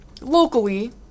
locally